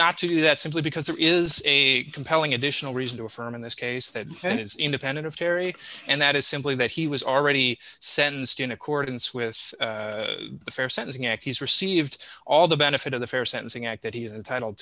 not to do that simply because there is a compelling additional reason to affirm in this case that it is independent of terri and that is simply that he was already sentenced in accordance with the fair sentencing act he's received all the benefit of the fair sentencing act that he is entitled